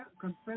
confess